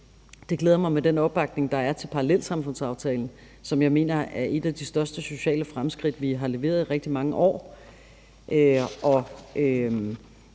Jeg glæder mig over den opbakning, der er til parallelsamfundsaftalen, som jeg mener er et af de største sociale fremskridt, vi har leveret i rigtig mange år.